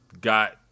got